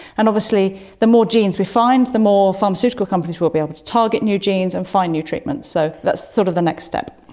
and obviously the more genes we find, the more pharmaceutical companies will be able to target new genes and find new treatments, so that's sort of the next step.